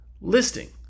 listing